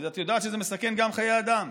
ואת יודעת שזה גם מסכן חיי אדם,